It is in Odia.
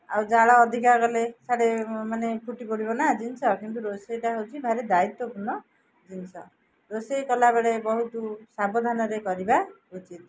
ଆଉ ଜାଳ ଅଧିକା ଗଲେ ସେଆଡ଼େ ମାନେ ଫୁଟି ପଡ଼ିବ ନା ଜିନିଷ କିନ୍ତୁ ରୋଷେଇଟା ହେଉଛି ଭାରି ଦାୟିତ୍ୱପୂର୍ଣ୍ଣ ଜିନିଷ ରୋଷେଇ କଲାବେଳେ ବହୁତ ସାବଧାନରେ କରିବା ଉଚିତ୍